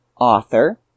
author